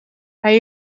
hij